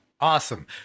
Awesome